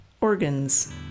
organs